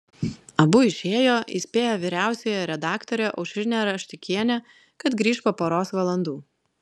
abu išėjo įspėję vyriausiąją redaktorę aušrinę raštikienę kad grįš po poros valandų